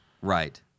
Right